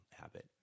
habit